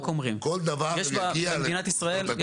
כל דבר הוא יגיע למוסדות התכנון.